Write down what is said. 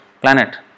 planet